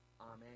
amen